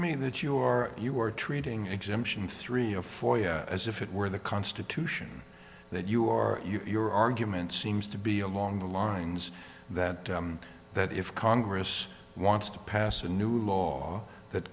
me that you are you are treating exemption three of four as if it were the constitution that you are you're argument seems to be along the lines that that if congress wants to pass a new law that